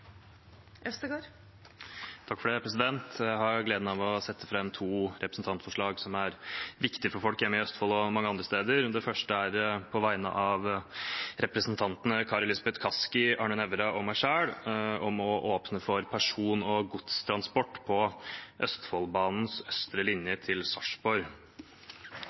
Jeg har gleden av å sette fram to representantforslag som er viktige for folk hjemme i Østfold og mange andre steder. Det første er et forslag på vegne av representantene Kari Elisabeth Kaski, Arne Nævra og meg selv om å åpne for person- og godstransport på Østfoldbanens østre linje til Sarpsborg.